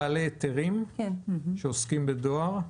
יש בעלי היתרים שעוסקים בדואר.